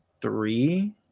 three